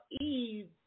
Eve